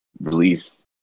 release